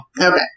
Okay